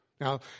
Now